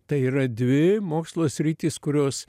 tai yra dvi mokslo sritys kurios